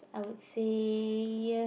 I would say ya